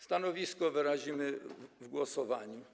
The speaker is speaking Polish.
Stanowisko wyrazimy w głosowaniu.